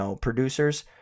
producers